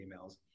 emails